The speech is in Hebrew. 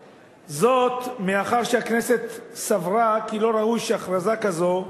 זאת, מאחר שהכנסת סברה כי לא ראוי שהכרזה כזו,